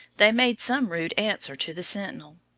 they made some rude answer to the sentinel.